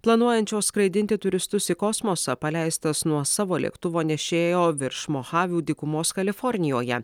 planuojančio skraidinti turistus į kosmosą paleistas nuo savo lėktuvo nešėjo virš mohavių dykumos kalifornijoje